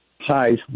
Hi